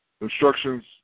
Instructions